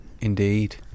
Indeed